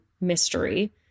mystery